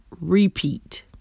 repeat